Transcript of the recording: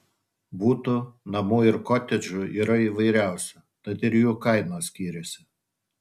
butų namų ir kotedžų yra įvairiausių tad ir jų kainos skiriasi